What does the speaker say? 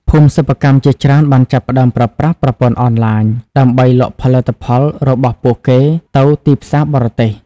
ភូមិសិប្បកម្មជាច្រើនបានចាប់ផ្តើមប្រើប្រាស់ ប្រព័ន្ធអនឡាញ ដើម្បីលក់ផលិតផលរបស់ពួកគេទៅទីផ្សារបរទេស។